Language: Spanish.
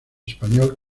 español